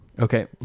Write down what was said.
Okay